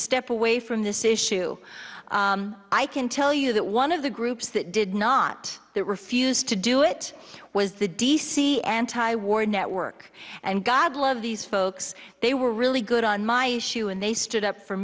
step away from this issue i can tell you that one of the groups that did not refuse to do it was the d c antiwar network and god love these folks they were really good on my issue and they stood up for